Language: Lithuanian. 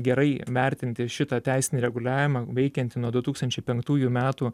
gerai vertinti šitą teisinį reguliavimą veikiantį nuo du tūkstančiai penktųjų metų